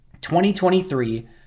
2023